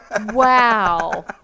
Wow